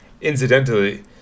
incidentally